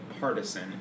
partisan